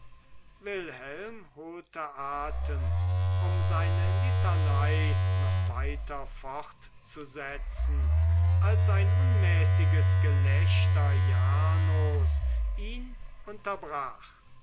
wilhelm holte atem um seine litanei noch weiter fortzusetzen als ein unmäßiges gelächter jarnos ihn unterbrach